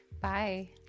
Bye